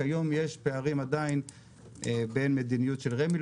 כיום עדיין יש פערים בין המדיניות של רמ"י,